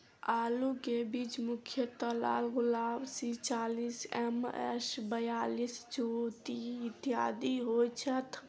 आलु केँ बीज मुख्यतः लालगुलाब, सी चालीस, एम.एस बयालिस, ज्योति, इत्यादि होए छैथ?